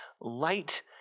light